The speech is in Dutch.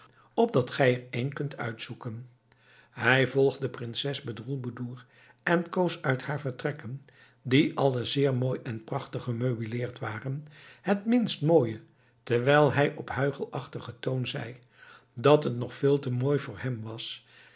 opdat gij er een kunt uitzoeken hij volgde prinses bedroelboedoer en koos uit haar vertrekken die alle zeer mooi en prachtig gemeubileerd waren het minst mooie terwijl hij op huichelachtigen toon zei dat het nog veel te mooi voor hem was